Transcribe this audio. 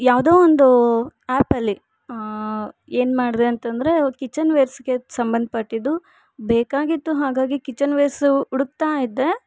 ಯಾವುದೋ ಒಂದು ಆ್ಯಪಲ್ಲಿ ಏನ್ಮಾಡಿದೆ ಅಂತಂದರೆ ಕಿಚನ್ ವೇರ್ಸ್ಗೆ ಸಂಬಂಧಪಟ್ಟಿದ್ದು ಬೇಕಾಗಿತ್ತು ಹಾಗಾಗಿ ಕಿಚನ್ ವೇರ್ಸು ಉಡುಕ್ತಾ ಇದ್ದೆ